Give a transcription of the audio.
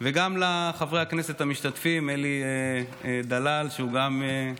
וגם לחברי הכנסת המשתתפים, אלי דלל, שגם הוא